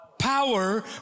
Power